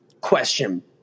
question